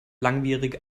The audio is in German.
langwierige